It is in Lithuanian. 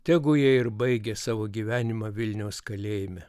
tegu jie ir baigia savo gyvenimą vilniaus kalėjime